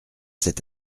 cet